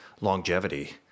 longevity